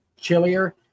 chillier